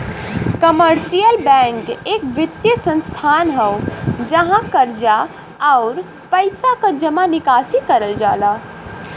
commercial bank एक वित्तीय संस्थान हौ जहाँ कर्जा, आउर पइसा क जमा निकासी करल जाला